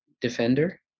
defender